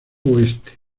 oeste